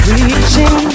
Reaching